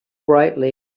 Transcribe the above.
brightly